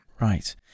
Right